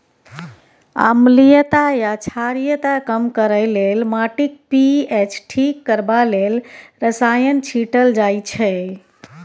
अम्लीयता या क्षारीयता कम करय लेल, माटिक पी.एच ठीक करबा लेल रसायन छीटल जाइ छै